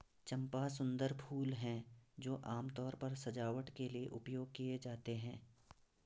चंपा सुंदर फूल हैं जो आमतौर पर सजावट के लिए उपयोग किए जाते हैं